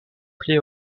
play